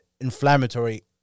inflammatory